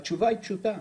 התשובה היא פשוטה,